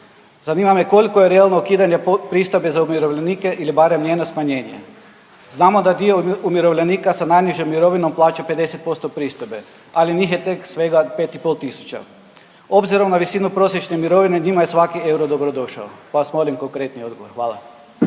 Zanima me koliko je realno ukidanje pristojbe za umirovljenike ili barem njeno smanjenje? Znamo da dio umirovljenika sa najnižom mirovinom plaća 50% pristojbe, ali njih je tek svega 5,5 tisuća. Obzirom na visinu prosječne mirovine, njima je svaki euro dobrodošao, pa vas molim konkretni odgovor. Hvala.